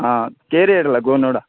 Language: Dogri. आं केह् रेट लग्गोग नुआढ़ा